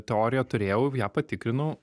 teorija turėjau ją patikrinau